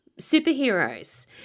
superheroes